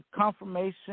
confirmation